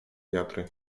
wiatry